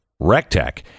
Rectech